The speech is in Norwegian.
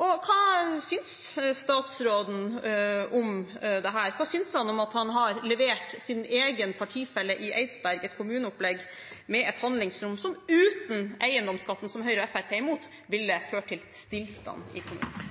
Hva synes statsråden om dette? Hva synes han om at han har levert sin egen partifelle i Eidsberg et kommuneopplegg med et handlingsrom som uten eiendomsskatten – som Høyre og Fremskrittspartiet er imot – ville ført til stillstand i kommunen?